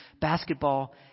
basketball